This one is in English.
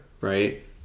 Right